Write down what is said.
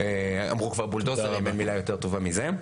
שאמרו כבר בולדוזרים ואין מילה יותר טובה מזה.